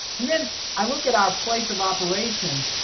and then i look at our place of operations,